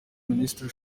minisitiri